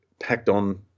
packed-on